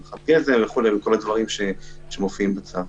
הנחת גזם וכל הדברים שמופיעים בצו.